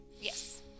yes